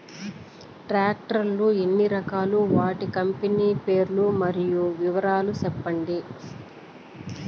Tractor లు ఎన్ని రకాలు? వాటి కంపెని పేర్లు మరియు వివరాలు సెప్పండి?